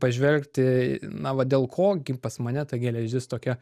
pažvelgti na va dėl ko gi pas mane ta geležis tokia